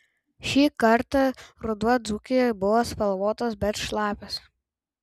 šį kartą ruduo dzūkijoje buvo spalvotas bet šlapias